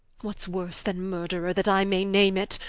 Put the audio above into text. what's worse then murtherer, that i may name it?